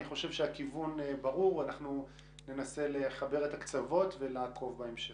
אני חושב שהכיוון ברור אנחנו ננסה לחבר את הקצוות ולעקוב בהמשך.